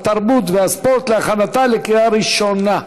התרבות והספורט להכנתה לקריאה ראשונה.